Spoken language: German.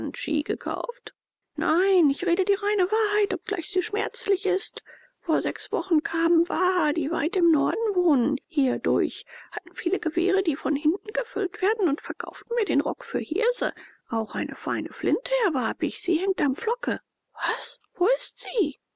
gekauft nein ich rede die reine wahrheit obgleich sie schmerzlich ist vor sechs wochen kamen waha die weit im norden wohnen hier durch hatten viele gewehre die von hinten gefüllt werden und verkauften mir den rock für hirse auch eine feine flinte erwarb ich sie hängt am pflocke was wo ist sie